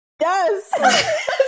yes